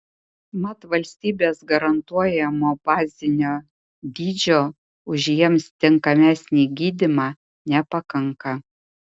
mat valstybės garantuojamo bazinio dydžio už jiems tinkamesnį gydymą nepakanka